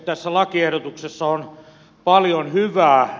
tässä lakiehdotuksessa on paljon hyvää